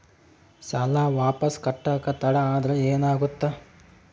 ಸಾಲ ವಾಪಸ್ ಕಟ್ಟಕ ತಡ ಆದ್ರ ಏನಾಗುತ್ತ?